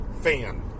fan